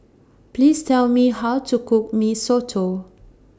Please Tell Me How to Cook Mee Soto